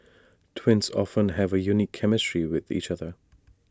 twins often have A unique chemistry with each other